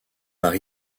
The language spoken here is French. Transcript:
par